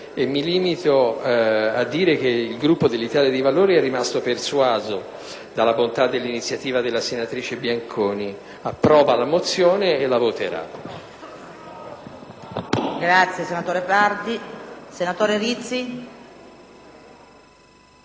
mi limito a dire che il Gruppo dell'Italia dei Valori è rimasto persuaso della bontà dell'iniziativa della senatrice Bianconi, approva la mozione e la voterà.